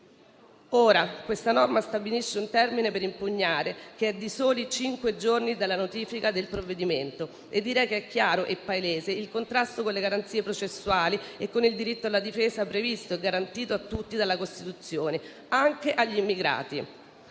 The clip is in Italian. Ora, questa norma stabilisce un termine per impugnare che è di soli cinque giorni dalla notifica del provvedimento. Io direi che è chiaro e palese il contrasto con le garanzie processuali e con il diritto alla difesa previsto e garantito a tutti dalla Costituzione, anche agli immigrati.